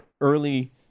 early